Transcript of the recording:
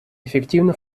эффективно